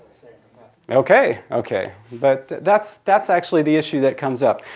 ok. ok, but that's that's actually the issue that comes up.